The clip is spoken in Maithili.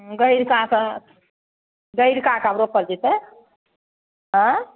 गहिँरकाके गहिँरकाके आब रोपल जएतै आँ